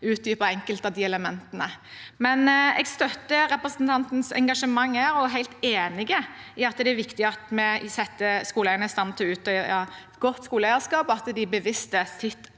utdype enkelte av de elementene. Jeg støtter representantens engasjement og er helt enig i at det er viktig at vi setter skoleeierne i stand til å utøve godt skoleeierskap, at de er seg sitt